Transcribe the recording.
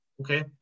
okay